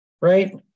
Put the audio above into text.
right